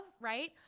right